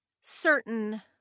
certain